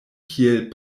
kiel